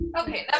Okay